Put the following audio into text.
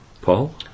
Paul